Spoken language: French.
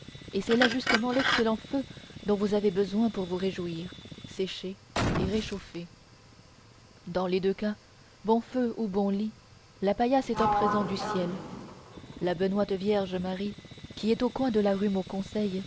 et c'est là justement l'excellent feu dont vous avez besoin pour vous réjouir sécher et réchauffer dans les deux cas bon feu ou bon lit la paillasse est un présent du ciel la benoîte vierge marie qui est au coin de la rue mauconseil